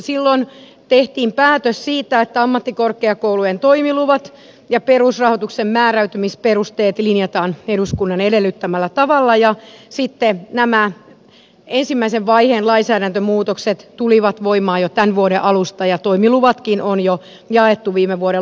silloin tehtiin päätös siitä että ammattikorkeakoulujen toimiluvat ja perusrahoituksen määräytymisperusteet linjataan eduskunnan edellyttämällä tavalla ja sitten nämä ensimmäisen vaiheen lainsäädäntömuutokset tulivat voimaan jo tämän vuoden alusta ja toimiluvatkin on jo jaettu viime vuoden lopulla